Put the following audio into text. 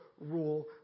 rule